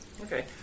Okay